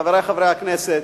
חברי חברי הכנסת,